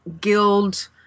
Guild